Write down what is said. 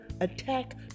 attack